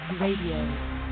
Radio